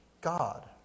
God